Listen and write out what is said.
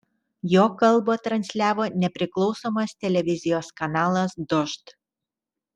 jo kalbą transliavo nepriklausomas televizijos kanalas dožd